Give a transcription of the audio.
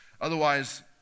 otherwise